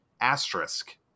asterisk